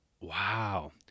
wow